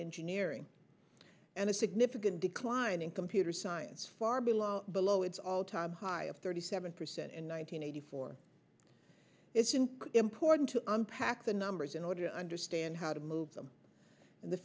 engineering and a significant decline in computer science far below below its all time high of thirty seven percent in one thousand nine hundred four it's important to unpack the numbers in order to understand how to move them in the